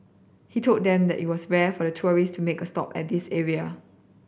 he told them that it was rare for tourist to make a stop at this area